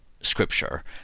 scripture